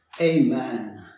Amen